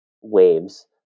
waves